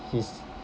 his